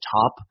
top